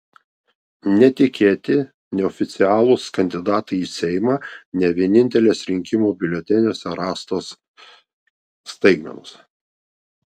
netikėti neoficialūs kandidatai į seimą ne vienintelės rinkimų biuleteniuose rastos staigmenos